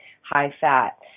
high-fat